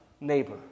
neighbor